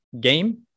game